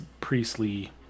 priestly